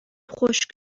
خشک